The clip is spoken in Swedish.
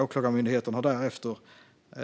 Åklagarmyndigheten har därefter